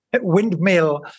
windmill